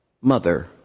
mother